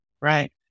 right